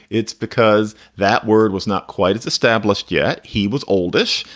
it's because that word was not quite as established yet. he was oldish.